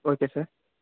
okay sir